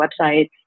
websites